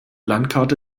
landkarte